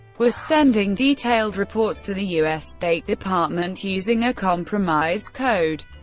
was sending detailed reports to the us state department using a compromised code.